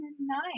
Nice